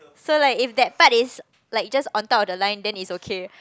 so like if that part is like just on top of the line then it's okay